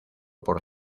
por